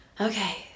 okay